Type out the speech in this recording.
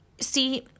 see